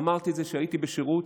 אמרתי את זה כשהייתי בשירות,